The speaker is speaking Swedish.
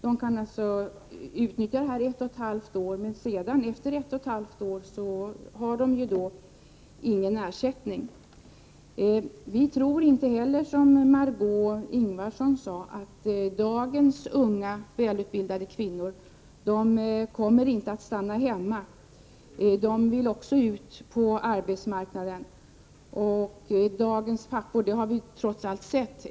De kan utnyttja föräldraförsäkringen ett och ett halvt år, men därefter får de inte någon ersättning. Vi tror inte heller, som Margö Ingvardsson sade, att dagens unga välutbildade kvinnor kommer att stanna hemma. De vill också ut på arbetsmarknaden.